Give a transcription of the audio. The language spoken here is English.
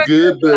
Good